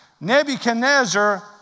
Nebuchadnezzar